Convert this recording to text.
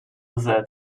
that